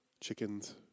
chickens